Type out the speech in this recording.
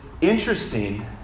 interesting